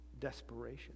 desperation